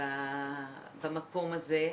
במקום הזה.